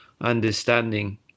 understanding